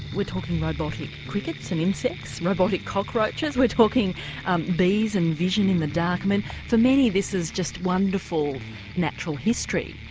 we're talking robotic crickets and insects, robotic cockroaches, we're talking bees and vision in the dark. i mean for many this is just wonderful natural history,